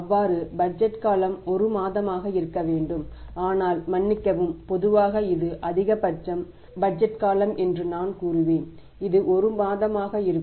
அவ்வாறு பட்ஜெட் காலம் 1 மாதமாக இருக்க வேண்டும் ஆனால் மன்னிக்கவும் பொதுவாக இது அதிகபட்ச பட்ஜெட் காலம் என்று நான் கூறுவேன் இது 1 மாதமாக இருக்கும்